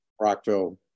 Rockville